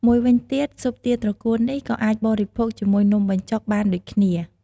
មួយវិញទៀត ស៊ុបទាត្រកួននេះក៏អាចបរិភោគជាមួយនំបញ្ចុកបានដូចគ្នា។